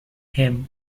him